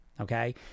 okay